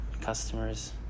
customers